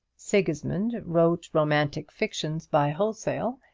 sigismund wrote romantic fictions by wholesale,